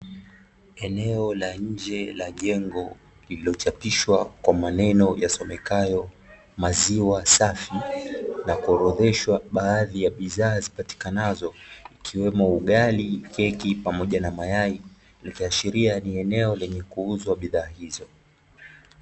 Eneo la nje la jengo, lililochapishwa kwa maneno yasomekayo, MZIWA SAFI, na kuorodheshwa baadhi ya bidhaa zipatikanazo ikiwemo ugali, keki pamoja na mayai, likiashiria ni eneo lenye kuuzwa bidhaa hizo.